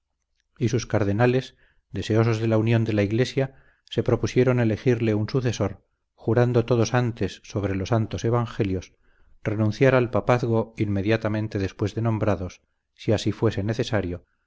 y sus cardenales deseosos de la unión de la iglesia se propusieron elegirle un sucesor jurando todos antes sobre los santos evangelios renunciar al papazgo inmediatamente después de nombrados si así fuese necesario